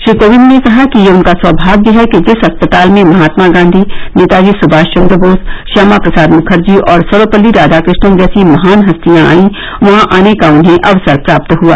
श्री कोविंद ने कहा कि यह उनका सौभाग्य है कि जिस अस्पताल में महात्मा गांधी नेताजी सुभाष चंद्र बोस श्यामा प्रसाद मुखर्जी और सर्वपल्ली राधाकृष्णन जैसी महान हस्तियां आयीं वहां आने का उन्हें अवसर प्राप्त हुआ